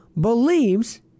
believes